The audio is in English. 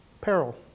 peril